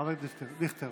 חבר הכנסת דיכטר.